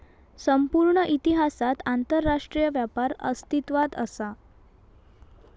संपूर्ण इतिहासात आंतरराष्ट्रीय व्यापार अस्तित्वात असा